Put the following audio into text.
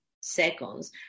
seconds